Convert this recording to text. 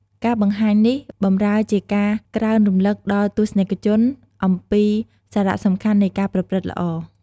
ការបង្ហាញនេះបម្រើជាការក្រើនរំលឹកដល់ទស្សនិកជនអំពីសារៈសំខាន់នៃការប្រព្រឹត្តល្អ។